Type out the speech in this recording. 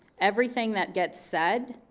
everything that gets said,